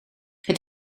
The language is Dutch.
het